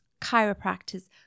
chiropractors